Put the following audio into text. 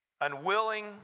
unwilling